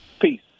Peace